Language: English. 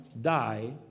die